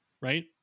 right